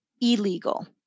illegal